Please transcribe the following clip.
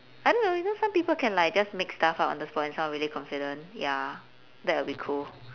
I don't know you know some people can like just make stuff up on the spot and sound really confident ya that would be cool